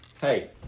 Hey